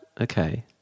okay